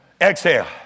exhale